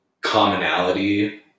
commonality